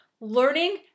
learning